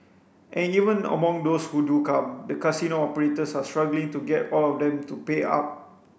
and even among those who do come the casino operators are struggling to get all of them to pay up